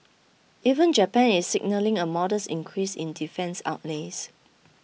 even Japan is signalling a modest increase in defence outlays